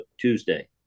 Tuesday